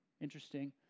interesting